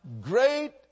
Great